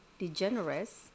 DeGeneres